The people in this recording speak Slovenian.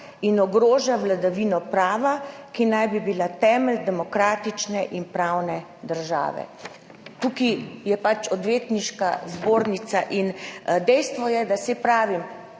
in ogroža vladavino prava, ki naj bi bila temelj demokratične in pravne države. Tukaj je pač Odvetniška zbornica. Dejstvo je, da, saj pravim,